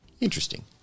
interesting